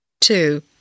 Two